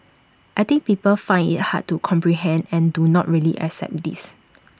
I think people find IT hard to comprehend and do not really accept this